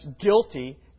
guilty